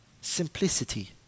Simplicity